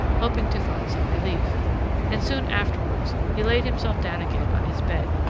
hoping to find some relief and soon afterwards he laid himself down again on his bed,